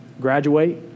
graduate